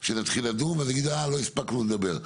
כי מטרתנו בסוף לבוא וליישר --- על רישוי עסקים אתה מדבר?